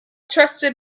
trusted